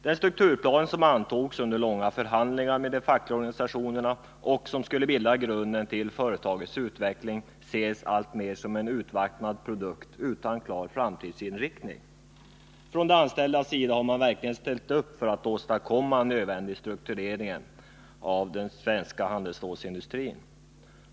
Den strukturplan som antogs efter långa förhandlingar med de fackliga organisationerna och som skulle bilda grunden för företagets utveckling ses alltmer som en urvattnad produkt utan klar framtidsinriktning. De anställda har verkligen ställt upp för att åstadkomma den nödvändiga struktureringen av den svenska handelsstålsindustrin.